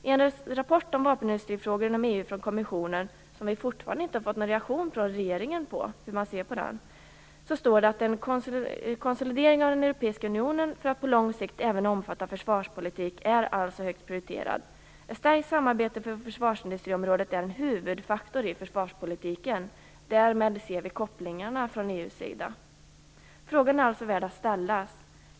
I en rapport från kommissionen om vapenindustrifrågor inom EU, som vi fortfarande inte har sett någon reaktion på från regeringen, står det att en konsolidering av den europeiska unionen för att på lång sikt även omfatta försvarspolitik är högt prioriterad. Ett stärkt samarbete på försvarsindustriområdet är en huvudfaktor i försvarspolitiken. Därmed ser vi kopplingarna från EU:s sida. Frågan är alltså värd att ställas.